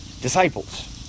disciples